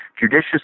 judicious